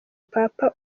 papa